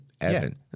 Evan